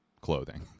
clothing